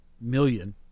million